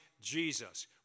Jesus